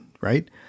right